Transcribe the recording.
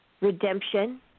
redemption